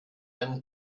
einen